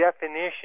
definition